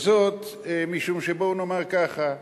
וזאת משום, שבוא נאמר ככה: